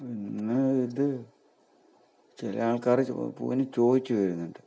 പിന്നെ അത് ചില ആൾക്കാർ പൂവിന് ചോദിച്ച് വരുന്നുണ്ട്